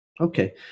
okay